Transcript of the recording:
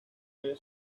había